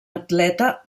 atleta